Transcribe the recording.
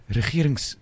regerings